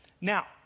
Now